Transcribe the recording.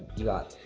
you got